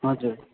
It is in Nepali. हजुर